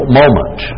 moment